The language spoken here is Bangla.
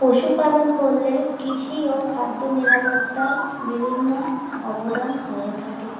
পশুপালন করলে কৃষি ও খাদ্য নিরাপত্তার বিভিন্ন অবদান হয়ে থাকে